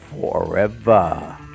forever